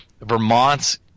Vermont's